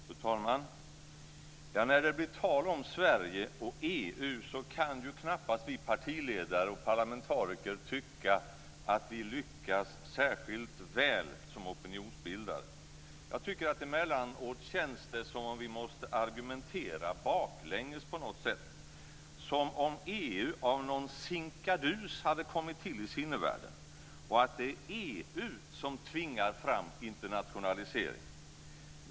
Fru talman! När det blir tal om Sverige och EU kan knappast vi partiledare och parlamentariker tycka att vi lyckats särskilt väl som opinionsbildare. Jag tycker att det emellanåt känns som om vi måste argumentera baklänges på något sätt - som om EU av någon sinkadus hade kommit till i sinnevärlden och att det är EU som tvingar fram internationaliseringen.